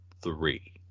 three